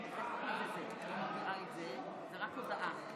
תודה רבה.